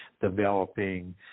developing